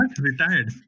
Retired